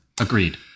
Agreed